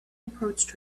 approached